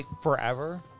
forever